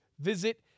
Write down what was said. visit